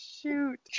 shoot